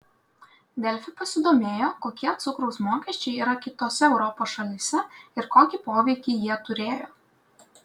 delfi pasidomėjo kokie cukraus mokesčiai yra kitose europos šalyse ir kokį poveikį jie turėjo